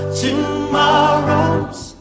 tomorrows